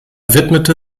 widmete